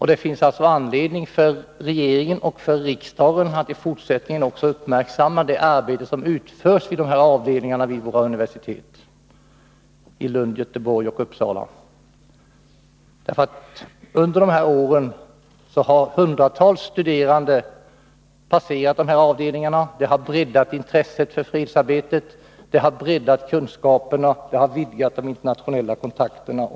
Det finns anledning för regeringen och riksdagen att i fortsättningen uppmärksamma det arbete som utförs vid de här avdelningarna vid universiteten i Lund, Göteborg och Uppsala, därför att under de år avdelningarna funnits till har hundratals studerande passerat dem. Det har breddat intresset för fredsarbetet, det har breddat kunskaperna och det har vidgat de internationella kontakterna.